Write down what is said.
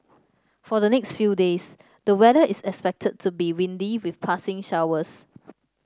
for the next few days the weather is expected to be windy with passing showers